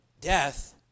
Death